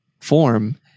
form